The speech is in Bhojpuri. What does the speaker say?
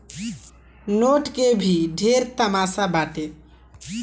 नोट के भी ढेरे तमासा बाटे